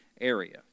area